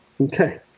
Okay